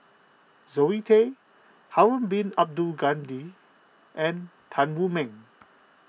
Zoe Tay Harun Bin Abdul Ghani and Tan Wu Meng